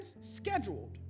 scheduled